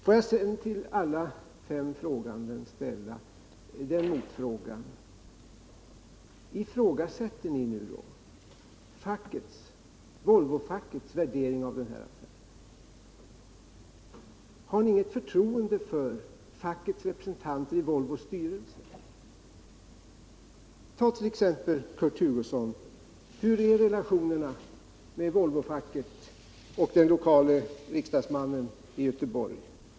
Får jag till alla fem frågeställarna ställa dessa motfrågor: Ifrågasätter ni Volvofackets värdering av den här affären? Har ni inget förtroende för fackets representanter i Volvos styrelse? Hur är relationerna, Kurt Hugosson, mellan Volvofacket och den lokale riksdagsmannen i Göteborg?